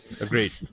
Agreed